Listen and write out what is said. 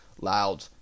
loud